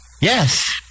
Yes